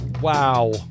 Wow